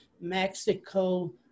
Mexico